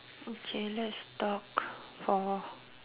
okay let's talk for